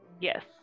Yes